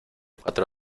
cuatro